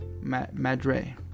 Madre